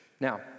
Now